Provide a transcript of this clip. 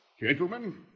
Gentlemen